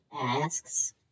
asks